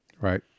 Right